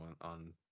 on